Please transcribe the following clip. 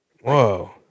Whoa